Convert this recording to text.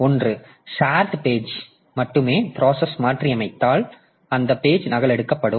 ஒன்று shared page மட்டுமே process மாற்றியமைத்தால் அந்த பேஜ் நகலெடுக்கப்படும்